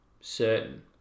certain